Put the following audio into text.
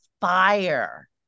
fire